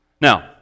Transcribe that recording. Now